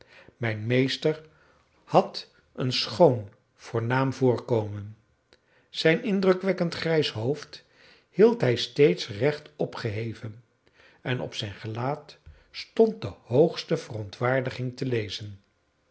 mijn meester had een schoon voornaam voorkomen zijn indrukwekkend grijs hoofd hield hij steeds recht opgeheven en op zijn gelaat stond de hoogste verontwaardiging te lezen